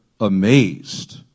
amazed